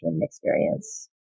experience